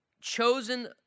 chosen